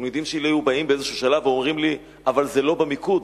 התלמידים שלי היו באים בשלב כלשהו ואומרים לי: אבל זה לא במיקוד.